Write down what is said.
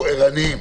תהיו ערניים.